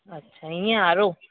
अच्छा इअं आड़ो